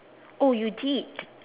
oh you did